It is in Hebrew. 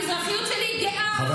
המזרחיות שלי גאה,